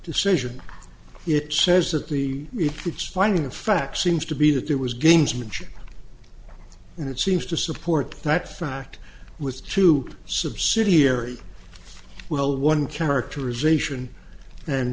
decision it says that the it's finding of fact seems to be that there was gamesmanship and it seems to support that fact with two subsidiary well one characterization and